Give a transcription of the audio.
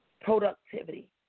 Productivity